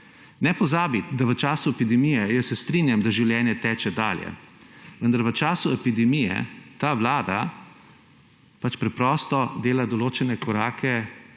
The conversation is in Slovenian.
Ne pozabiti, da v času epidemije – jaz se strinjam, da življenje teče dalje, vendar – ta vlada preprosto dela določene korake,